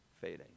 fading